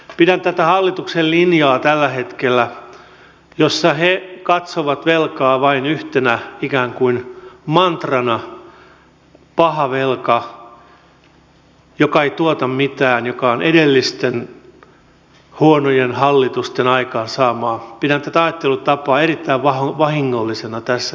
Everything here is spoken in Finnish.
pidän tätä hallituksen linjaa tätä ajattelutapaa tällä hetkellä jossa he katsovat velkaa vain yhtenä ikään kuin mantrana paha velka joka ei tuota mitään joka on edellisten huonojen hallitusten aikaansaamaa erittäin vahingollisena tässä tilanteessa